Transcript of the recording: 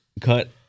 cut